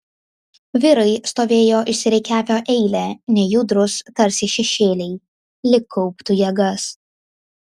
vyrai stovėjo išsirikiavę eile nejudrūs tarsi šešėliai lyg kauptų jėgas